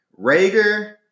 Rager